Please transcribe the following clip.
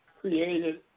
created